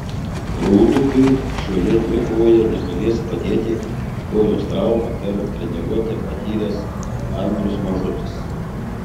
rūdupiui šioje dvikovoje negalės padėti kojos traumą per treniruotę patyręs andrius mažutis